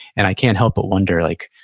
and i can't help but wonder like,